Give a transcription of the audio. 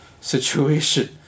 situation